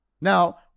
Now